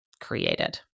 created